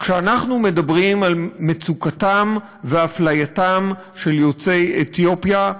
כשאנחנו מדברים על מצוקתם ואפלייתם של יוצאי אתיופיה,